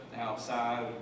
outside